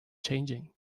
changing